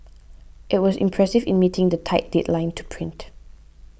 it was impressive in meeting the tight deadline to print